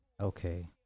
Okay